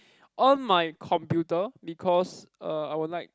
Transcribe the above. on my computer because uh I would like